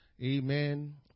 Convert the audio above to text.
Amen